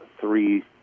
three